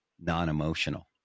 non-emotional